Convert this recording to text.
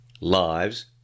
lives